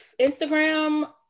instagram